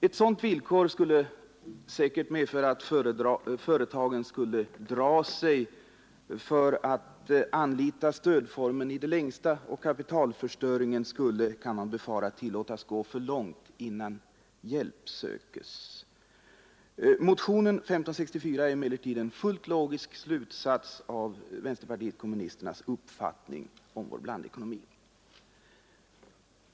Ett sådant villkor skulle säkerligen medföra, att företagen i det längsta droge sig för att anlita stödformen, och kapitalförstöringen skulle, kan man befara, tillåtas gå för långt innan hjälp söktes. Motionen 1564 är emellertid en fullt logisk slutsats av vänsterpartiet kommunisternas uppfattning om vår blandekonomi.